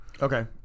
Okay